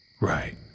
Right